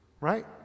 right